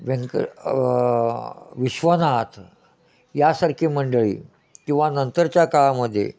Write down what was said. व्यंक विश्वनाथ यासारखी मंडळी किंवा नंतरच्या काळामध्ये